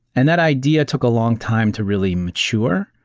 and that idea took a long time to really mature,